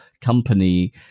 company